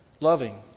loving